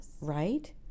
right